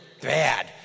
bad